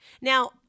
Now